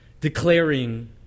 declaring